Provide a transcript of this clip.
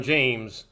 James